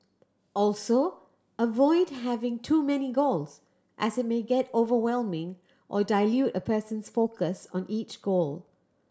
also avoid having too many goals as it may get overwhelming or dilute a person's focus on each goal